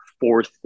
fourth